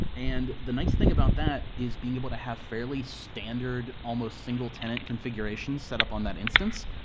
and the nice thing about that is being able to have fairly standard, almost single tenant configuration set up on that instance,